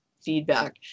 feedback